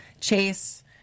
Chase